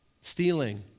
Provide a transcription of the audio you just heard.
stealing